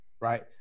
right